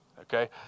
Okay